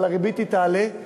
אבל הריבית תעלה,